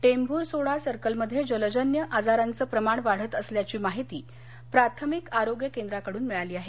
टेंभूर सोडा सर्कलमध्ये जलजन्य आजाराचं प्रमाण वाढतअसल्याची माहिती प्राथमिक आरोग्य केंद्राकडून मिळाली आहे